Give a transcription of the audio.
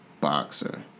boxer